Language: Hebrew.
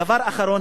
דבר אחרון,